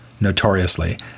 Notoriously